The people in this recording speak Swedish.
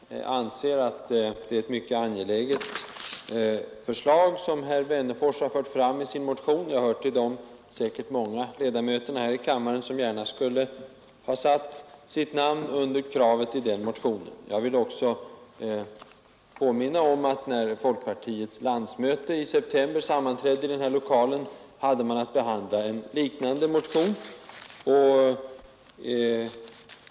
Herr talman! Jag skall bara be att i all korthet få säga, att jag anser att det är ett mycket angeläget förslag som herr Wennerfors har fört fram i sin motion. Jag hör till de säkert många ledamöterna här i kammaren som gärna skulle ha satt sitt namn under kravet i den motionen. Jag vill också påminna om att när folkpartiets landsmöte i september sammanträdde i den här lokalen, hade man att behandla en liknande motion.